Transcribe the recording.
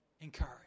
encourage